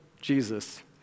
Jesus